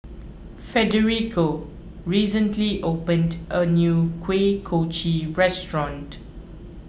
Federico recently opened a new Kuih Kochi restaurant